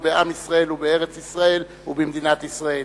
בעם ישראל ובארץ-ישראל ובמדינת ישראל.